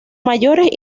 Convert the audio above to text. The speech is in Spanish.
mayores